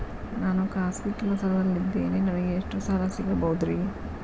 ನಾನು ಖಾಸಗಿ ಕೆಲಸದಲ್ಲಿದ್ದೇನೆ ನನಗೆ ಎಷ್ಟು ಸಾಲ ಸಿಗಬಹುದ್ರಿ?